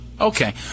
Okay